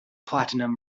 platinum